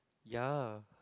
ya